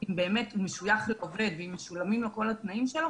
אם באמת הוא משויך לעובד ואם משולמים לו כל התנאים שלו